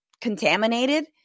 contaminated